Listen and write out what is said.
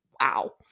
wow